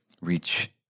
reach